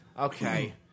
Okay